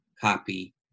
copy